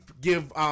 give –